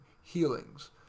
healings